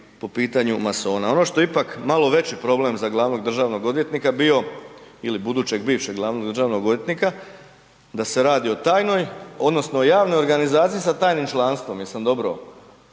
po pitanju masona. Ono što je ipak malo veći problem za glavnog državnog odvjetnika bio ili budućeg bivšeg glavnog državnog odvjetnika, da se radi o tajnoj odnosno javnoj organizaciji sa tajnim članstvom, jesam dobro,